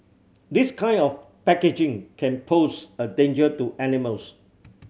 this kind of packaging can pose a danger to animals